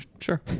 Sure